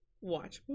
watch